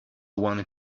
wanted